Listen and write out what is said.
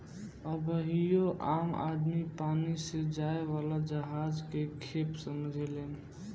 अबहियो आम आदमी पानी से जाए वाला जहाज के खेप समझेलेन